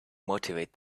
motivate